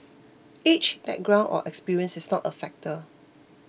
age background or experiences is not a factor